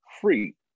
free